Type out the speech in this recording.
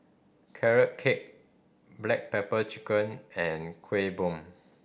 Carrot Cake black pepper chicken and Kuih Bom